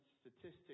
statistics